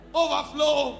overflow